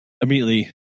immediately